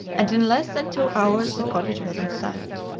and in less than two hours the cottage was in sight.